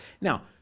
now